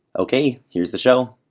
ok, here's the show